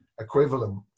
equivalent